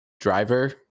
driver